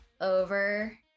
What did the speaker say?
over